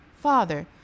father